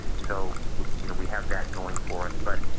so you know we have that going for us, but